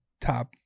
top